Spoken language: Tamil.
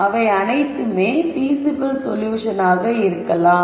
அவை அனைத்துமே பீசிபிள் சொல்யூஷன் ஆக இருக்கலாம்